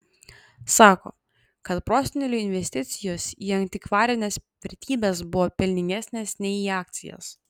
sako kad proseneliui investicijos į antikvarines vertybes buvo pelningesnės nei į akcijas